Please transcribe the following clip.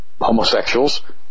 homosexuals